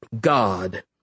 God